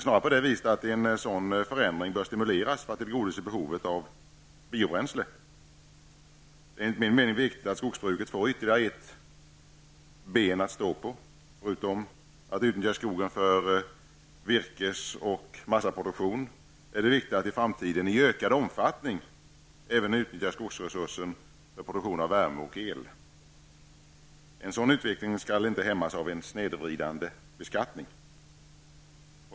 Snarare bör en sådan förändring stimuleras för att tillgodose behovet av biobränsle. Det är enligt min mening viktigt att skogsbruket får ytterligare ett ben att stå på. Förutom att utnyttja skogen för virkes och massaproduktion är det också viktigt att i framtiden i ökad omfattning även utnyttja skogsresursen för produktion av värme och el. En sådan utveckling skall inte hämmas av en snedvridande beskattning.